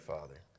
Father